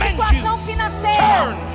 turn